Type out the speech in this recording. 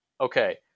Okay